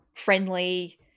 friendly